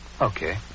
Okay